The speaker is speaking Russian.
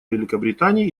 великобритании